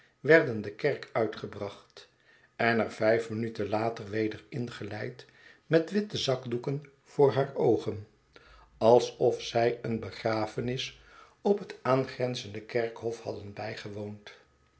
werden de kerk uitgebracht en er vijf minuten later weder ingeleid met witte zakdoeken voor haar oogen alsof zij een begrafenis op het aangrenzende kerkhof hadden bijgewoond